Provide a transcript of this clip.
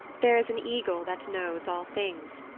there is an eagle that knows all things.